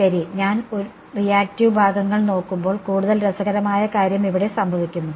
ശരി ഞാൻ റിയാക്ടീവ് ഭാഗങ്ങൾ നോക്കുമ്പോൾ കൂടുതൽ രസകരമായ കാര്യം ഇവിടെ സംഭവിക്കുന്നു